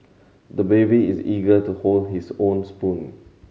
the baby is eager to hold his own spoon